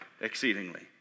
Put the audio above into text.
exceedingly